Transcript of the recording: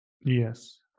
yes